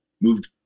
moved